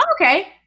okay